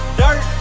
dirt